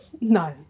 No